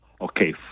Okay